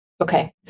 Okay